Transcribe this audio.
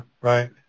Right